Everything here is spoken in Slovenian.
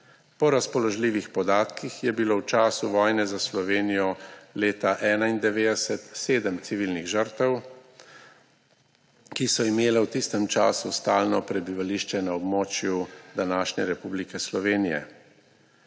Po razpoložljivih podatkih je bilo v času vojne za Slovenijo leta 1991 sedem civilnih žrtev, ki so imele v tistem času stalno prebivališče na območju današnje Republike Slovenije.